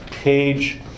page